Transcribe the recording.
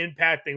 impacting